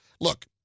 Look